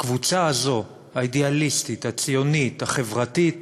הקבוצה הזאת, האידיאליסטית, הציונית, החברתית